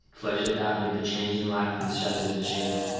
floated about amid the changing lights and shadows of the chamber.